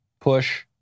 push